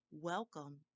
Welcome